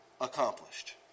accomplished